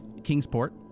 Kingsport